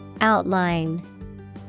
Outline